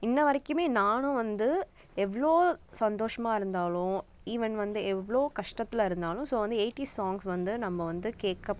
இன்று வரைக்கும் நானும் வந்து எவ்வளோ சந்தோஷமாக இருந்தாலும் ஈவன் வந்து எவ்வளோ கஷ்டத்தில் இருந்தாலும் ஸோ வந்து எயிட்டிஸ் சாங்ஸ் வந்து நம்ம வந்து கேக்க